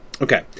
Okay